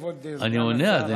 כבוד סגן השר,